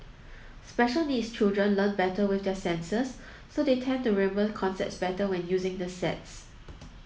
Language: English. special needs children learn better with their senses so they tend to remember concepts better when using the sets